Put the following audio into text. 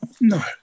No